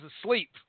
asleep